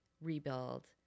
rebuild